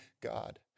God